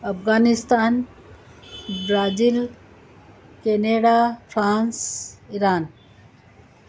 Afghanistan Brazil Canada France Iran